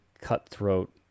cutthroat